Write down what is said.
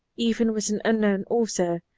even with an unknown author,